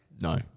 No